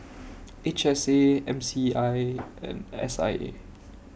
H S A M C I and S I A